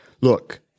Look